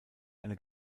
eine